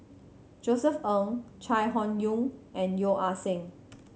Josef Ng Chai Hon Yoong and Yeo Ah Seng